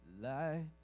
Light